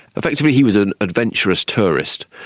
effectively he was an adventurous tourist,